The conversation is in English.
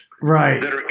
Right